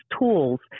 tools